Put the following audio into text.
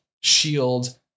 Shield